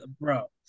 bro